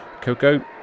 Coco